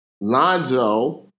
Lonzo